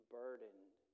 burdened